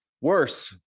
Worse